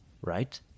right